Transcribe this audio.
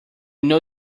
know